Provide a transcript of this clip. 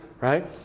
right